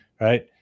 right